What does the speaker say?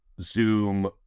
Zoom